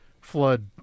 flood